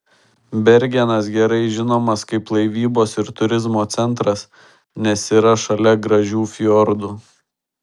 bergenas gerai žinomas kaip laivybos ir turizmo centras nes yra šalia gražių fjordų